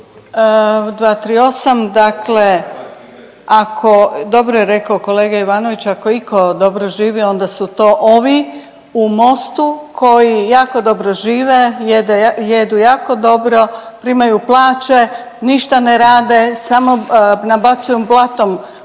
238, dakle ako dobro je rekao kolega Ivanović, ako itko dobro živi onda su to ovi u Mostu koji jako dobro žive, jedu jako dobro, primaju plaće, ništa ne rade, samo nabacuju blatom